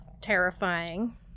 terrifying